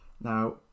Now